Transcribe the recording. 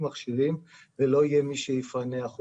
מכשירים אבל לא יהיה מי שיפענח את הבדיקות.